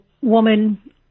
woman